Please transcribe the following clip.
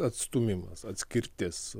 atstūmimas atskirtis